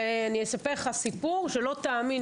ואני אספר לך סיפור שלא תאמין,